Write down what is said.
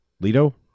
Lido